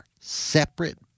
separate